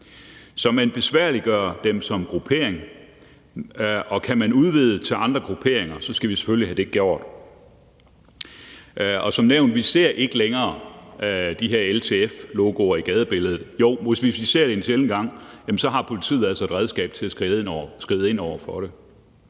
Så man besværliggør det for dem som gruppering, og kan man udvide det til andre grupperinger, skal vi selvfølgelig have det gjort. Vi ser som nævnt ikke længere de her LTF-logoer i gadebilledet – jo, men hvis vi ser det en sjælden gang, har politiet altså et redskab til at skride ind over for det.